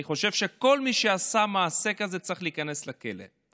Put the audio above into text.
אני חושב שכל מי שעשה מעשה כזה צריך להיכנס לכלא,